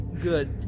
Good